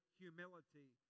humility